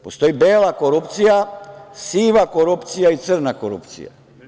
Postoji bela korupcija, siva korupcija i crna korupcija.